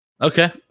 Okay